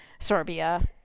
Sorbia